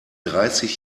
dreißig